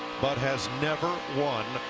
but has never won.